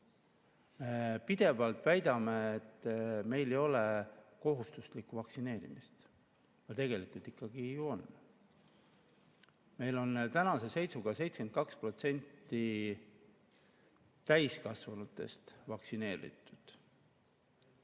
üheskoos. Pidevalt väidame, et meil ei ole kohustuslikku vaktsineerimist. Aga tegelikult ikkagi ju on. Meil on tänase seisuga 72% täiskasvanutest vaktsineeritud.